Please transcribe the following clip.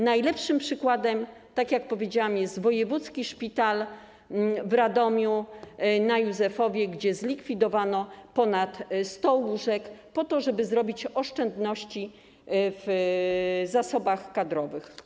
Najlepszym przykładem, tak jak powiedziałam, jest wojewódzki szpital w Radomiu, na Józefowie, gdzie zlikwidowano ponad 100 łóżek po to, żeby zrobić oszczędności w zakresie zasobów kadrowych.